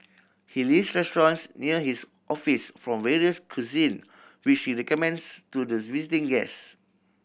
he lists restaurants near his office from various cuisine which he recommends to visiting guest